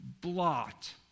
blot